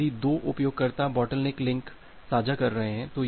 अब यदि 2 उपयोगकर्ता बॉटलनेक लिंक को साझा कर रहे हैं